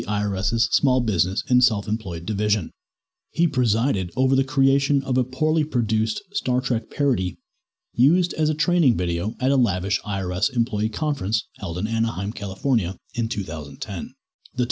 irises small business and self employed division he presided over the creation of a poorly produced star trek parody used as a training video at a lavish iris employee conference held in anaheim california in two thousand and ten the